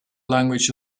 language